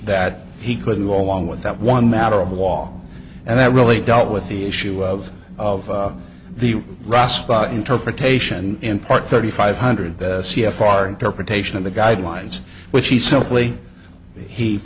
that he couldn't go along with that one matter of law and that really dealt with the issue of of the raw spot interpretation in part thirty five hundred the c f r interpretation of the guidelines which he